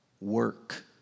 Work